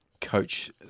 coach